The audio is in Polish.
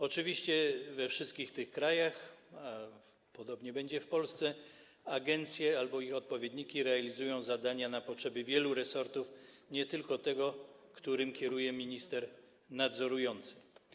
Oczywiście we wszystkich tych krajach - podobnie będzie w Polsce - agencje albo ich odpowiedniki realizują zadania na potrzeby wielu resortów, nie tylko tego, którym kieruje minister nadzorujący.